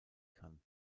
kann